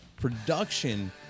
production